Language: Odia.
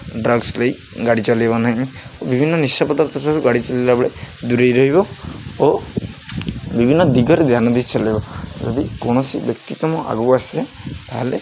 ଡ୍ରଗ୍ସ୍ ନେଇ ଗାଡ଼ି ଚଲାଇବ ନାହିଁ ବିଭିନ୍ନ ନିଶା ପଦାର୍ଥରୁ ଗାଡ଼ି ଚଲାଇଲା ବେଳେ ଦୂରେଇ ରହିବ ଓ ବିଭିନ୍ନ ଦିଗରେ ଧ୍ୟାନ ଦେଇ ଚଲାଇବ ଯଦି କୌଣସି ବ୍ୟକ୍ତି ତୁମ ଆଗକୁ ଆସେ ତା'ହେଲେ